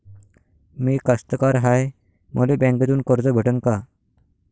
मी कास्तकार हाय, मले बँकेतून कर्ज भेटन का?